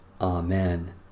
Amen